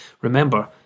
Remember